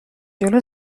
جلو